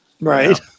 Right